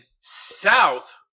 South